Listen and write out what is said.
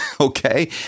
okay